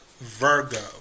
Virgo